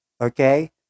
okay